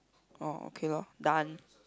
orh okay lor done